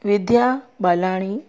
Vidya Balani